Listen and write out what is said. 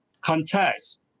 contest